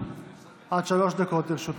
עד שלוש דקות לרשותך.